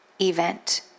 event